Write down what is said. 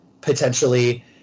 potentially